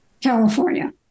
California